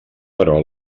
però